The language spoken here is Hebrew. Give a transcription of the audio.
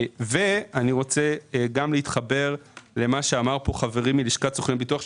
אני רוצה להתחבר גם אל מה שאמר פה חברי מלשכת סוכני הביטוח,